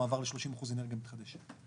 המעבר ל-30% אנרגיה מתחדשת.